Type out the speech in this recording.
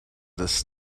this